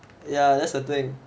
ya that's the thing